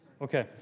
okay